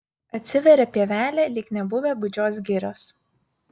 atsiveria pievelė lyg nebuvę gūdžios girios